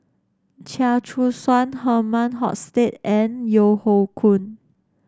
Chia Choo Suan Herman Hochstadt and Yeo Hoe Koon